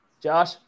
Josh